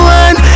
one